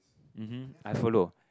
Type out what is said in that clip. mmhmm I follow